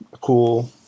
cool